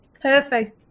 perfect